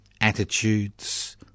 attitudes